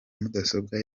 mudasobwa